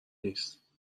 نیست